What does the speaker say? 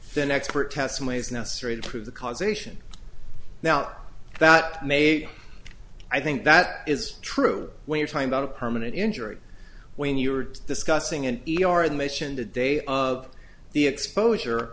then expert testimony is necessary to prove the causation now that made i think that is true when you're trying on a permanent injury when you are discussing an e r admission the day of the exposure